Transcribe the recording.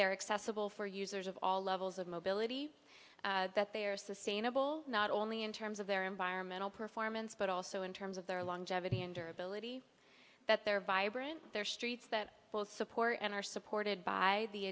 they're accessible for users of all levels of mobility that they are sustainable not only in terms of their environmental performance but also in terms of their longevity and or ability that they're vibrant their streets that will support and are supported by the